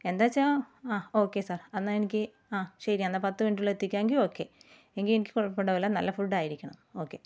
എന്താന്ന് വെച്ചാൽ ആ ഓക്കേ സാർ എന്നാൽ എനിക്ക് ആ ശരി എന്നാൽ പത്ത് മിനിറ്റിൽ എത്തിക്കാമെങ്കിൽ ഓക്കേ എങ്കിൽ എനിക്ക് കുഴപ്പം ഉണ്ടാകില്ല നല്ല ഫുഡായിരിക്കണം ഓക്കേ